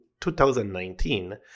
2019